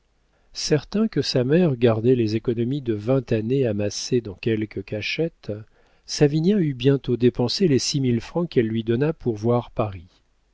certain que sa mère gardait les économies de vingt années amassées dans quelque cachette savinien eut bientôt dépensé les six mille francs qu'elle lui donna pour voir paris